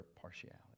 partiality